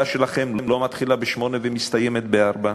שלכם לא מתחילה ב-08:00 ומסתיימת ב-16:00,